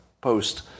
post